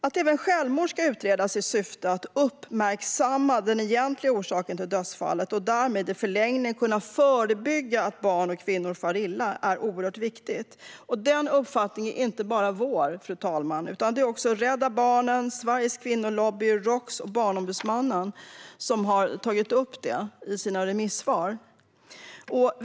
Att även självmord ska utredas i syfte att uppmärksamma den egentliga orsaken till dödsfallet och därmed i förlängningen kunna förebygga att barn och kvinnor far illa är oerhört viktigt. Denna uppfattning är inte bara vår, fru talman, utan den delas av såväl Rädda Barnen som Sveriges Kvinnolobby, Roks och Barnombudsmannen. De har tagit upp detta i sina remissvar.